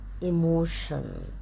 emotion